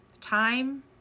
Time